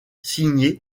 signé